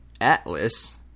Atlas